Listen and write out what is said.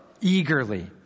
eagerly